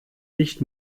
nicht